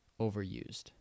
overused